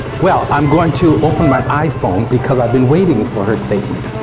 well i'm going to open my iphone because i've been waiting for her statement.